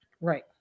right